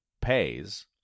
pays